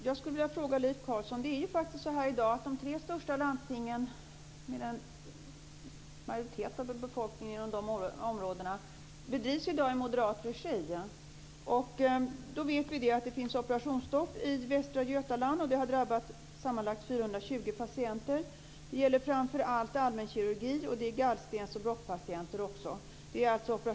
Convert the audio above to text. Fru talman! Jag vill ställa en fråga till Leif Carlson. De tre största landstingen, med en majoritet av befolkningen inom de områdena, drivs i dag i moderat regi. Vi vet att man har operationsstopp i Västra Götaland, vilket har drabbat sammanlagt 420 patienter. Det gäller framför allt allmänkirurgi men även gallstens och bråckpatienter.